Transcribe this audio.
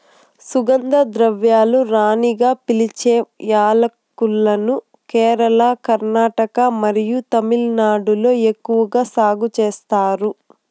సుగంధ ద్రవ్యాల రాణిగా పిలిచే యాలక్కులను కేరళ, కర్ణాటక మరియు తమిళనాడులో ఎక్కువగా సాగు చేస్తారు